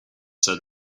said